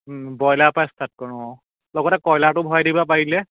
ব্ৰইলাৰৰপৰা start কৰোঁ অঁ লগতে কইলাৰটো ভৰাই দিবা পাৰিলে